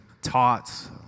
taught